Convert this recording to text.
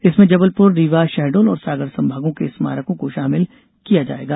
इसमें जबलपुर रीवा शहडोल और सागर संभागों के स्मारकों को शामिल किया जाएगा